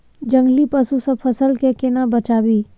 जंगली पसु से फसल के केना बचावी?